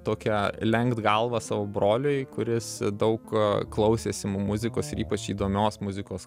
tokią lenkt galvą savo broliui kuris daug klausėsi m muzikos ir ypač įdomios muzikos